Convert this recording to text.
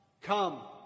come